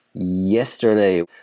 yesterday